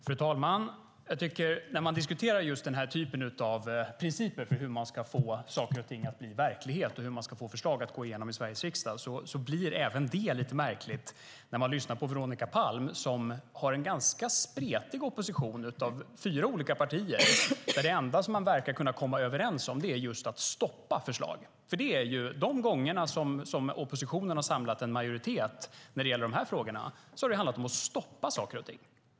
Fru talman! När man diskuterar principer för hur man ska få saker och ting att bli verklighet och hur man ska få förslag att gå igenom i Sveriges riksdag låter det som Veronica Palm säger lite märkligt. Hon representerar en ganska spretig opposition med fyra olika partier, och det enda som de verkar komma överens om är just att stoppa förslag. De gånger oppositionen har samlat majoritet i den här typen av frågor har det handlat om att stoppa saker och ting.